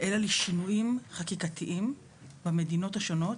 אלא לשינויים חקיקתיים במדינות השונות,